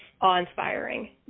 awe-inspiring